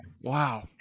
Wow